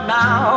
now